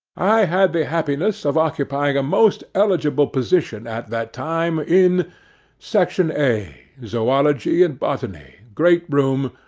i had the happiness of occupying a most eligible position at that time, in section a zoology and botany. great room,